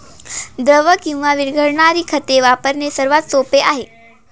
द्रव किंवा विरघळणारी खते वापरणे सर्वात सोपे आहे